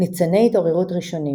ניצני-התעוררות הראשונים